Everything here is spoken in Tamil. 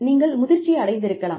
நீங்கள் முதிர்ச்சி அடைந்திருக்கலாம்